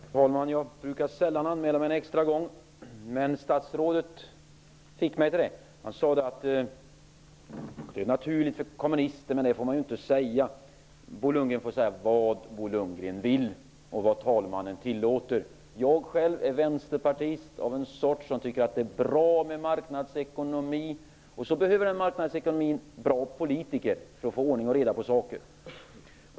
Herr talman! Jag brukar sällan anmäla mig en extra gång, men statsrådet fick mig till det. Han sade: Det är naturligt för kommunister, men det får man inte säga. Bo Lundgren får säga vad han vill och vad talmannen tillåter. Jag själv är vänsterpartist av en sort som tycker att det är bra med marknadsekonomi. Marknadsekonomin behöver bra politiker för att få ordning och reda på saker.